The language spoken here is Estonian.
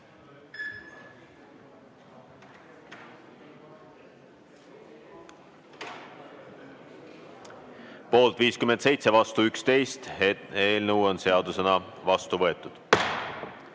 Poolt 57, vastu 11. Eelnõu on seadusena vastu võetud.